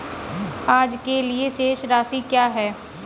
आज के लिए शेष राशि क्या है?